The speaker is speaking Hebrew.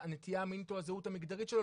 זהות מינית או נטייה מינית שלו,